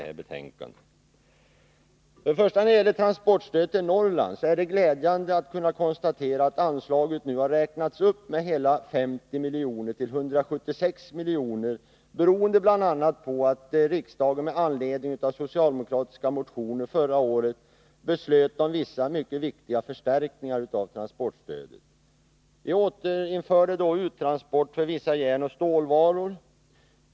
När det gäller transportstödet till Norrland är det glädjande att kunna konstatera att anslaget nu har räknats upp med hela 50 milj.kr. till 176 milj.kr. beroende bl.a. på att riksdagen med anledning av socialdemokratiska motioner förra året beslöt om vissa mycket viktiga förstärkningar av transportstödet. Vi återinförde då uttransport för vissa järnoch stålvaror.